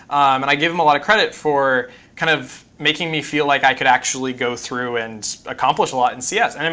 and i give him a lot of credit for kind of making me feel like i could actually go through and accomplish a lot in cs. and